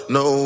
no